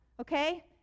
Okay